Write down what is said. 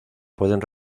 pueden